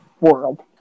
world